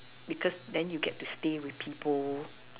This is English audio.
because then you get to stay with people